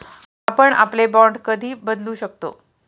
आपण आपले बाँड कधी बदलू शकतो?